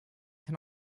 can